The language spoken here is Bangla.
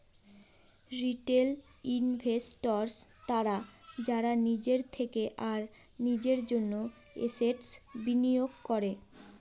রিটেল ইনভেস্টর্স তারা যারা নিজের থেকে আর নিজের জন্য এসেটস বিনিয়োগ করে